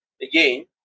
again